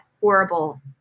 horrible